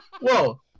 whoa